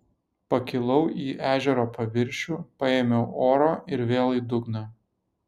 pakilau į ežero paviršių paėmiau oro ir vėl į dugną